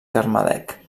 kermadec